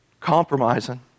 Compromising